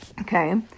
Okay